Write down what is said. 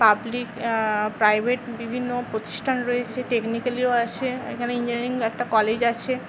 public private বিভিন্ন প্রতিষ্ঠান রয়েছে টেকনিকালিও আছে এখানে ইঞ্জিনিয়ারিং একটা কলেজ আছে